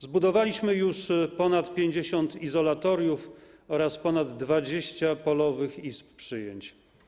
Zbudowaliśmy już ponad 50 izolatoriów oraz ponad 20 polowych izb przyjęć.